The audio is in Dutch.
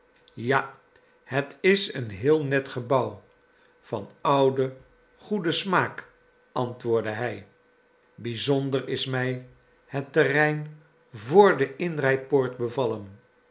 ja het is een heel net gebouw van ouden goeden smaak antwoordde hij bizonder is mij het terrein vr de inrijpoort bevallen